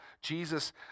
Jesus